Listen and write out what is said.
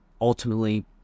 ultimately